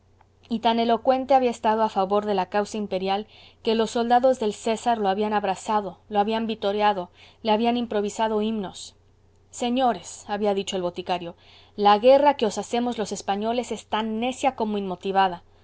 y tan elocuente había estado en favor de la causa imperial que los soldados del césar lo habían abrazado lo habían vitoreado le habían improvisado himnos señores había dicho el boticario la guerra que os hacemos los españoles es tan necia como inmotivada